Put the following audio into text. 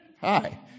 Hi